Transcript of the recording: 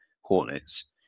Hornets